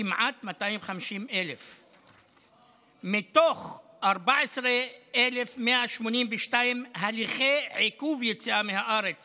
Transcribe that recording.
כמעט 250,000. מתוך 14,182 הליכי עיכוב יציאה מהארץ